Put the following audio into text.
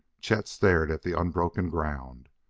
chet stared at the unbroken ground.